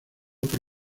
por